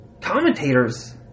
commentators